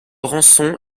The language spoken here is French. rançon